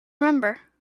remember